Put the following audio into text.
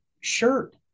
shirt